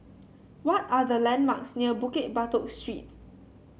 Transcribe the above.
what are the landmarks near Bukit Batok Street